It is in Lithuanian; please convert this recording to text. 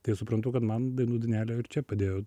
tai aš suprantu kad man dainų dainelė ir čia padėjo